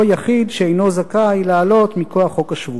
יחיד שאינו זכאי לעלות מכוח חוק השבות.